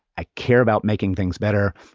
i care about making things better.